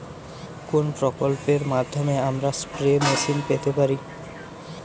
কোন প্রকল্পের মাধ্যমে আমরা স্প্রে মেশিন পেতে পারি?